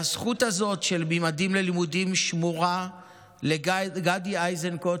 והזכות הזאת של ממדים ללימודים שמורה לגדי איזנקוט,